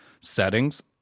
settings